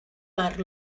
per